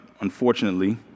unfortunately